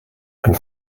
and